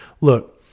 Look